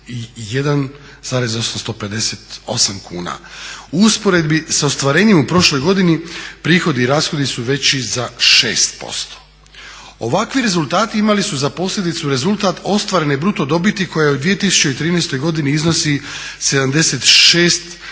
831,858 kuna. U usporedbi s ostvarenjem u prošloj godini prihodi i rashodi su veći za 6%. Ovakvi rezultati imali su za posljedicu rezultat ostvarene bruto dobiti koja u 2013. iznosi 76,385